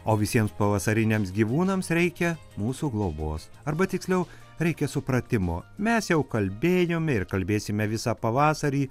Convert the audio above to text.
o visiems pavasariniams gyvūnams reikia mūsų globos arba tiksliau reikia supratimo mes jau kalbėjome ir kalbėsime visą pavasarį